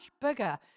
bigger